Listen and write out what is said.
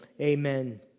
amen